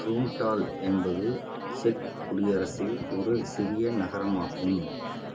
ஃப்ரூன்டால் என்பது செக் குடியரசில் ஒரு சிறிய நகரமாகும்